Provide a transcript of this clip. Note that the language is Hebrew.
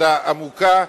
עבודה עמוקה.